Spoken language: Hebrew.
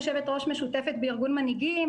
יושבת ראש משותפת בארגון מנהיגים,